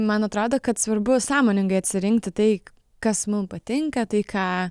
man atrodo kad svarbu sąmoningai atsirinkti tai kas mum patinka tai ką